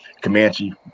Comanche